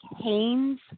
Haynes